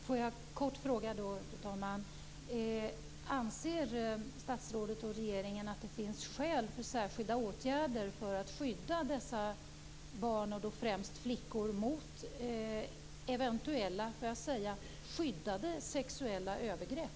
Fru talman! Får jag då kort fråga: Anser statsrådet och regeringen att det finns skäl för särskilda åtgärder för att skydda dessa barn och då främst flickor mot - eventuella, får jag väl säga - skyddade sexuella övergrepp?